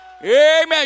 Amen